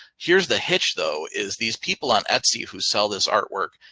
here's the hitch though, is these people on etsy who sell this artwork.